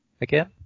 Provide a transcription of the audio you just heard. again